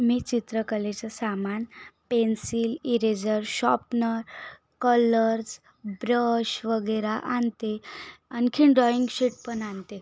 मी चित्रकलेचं सामान pencil eraser sharpener colours brush वगैरे आणते आणखी ड्रॉइंग शीटपण आणते